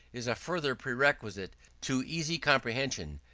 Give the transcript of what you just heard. is a further prerequisite to easy comprehension,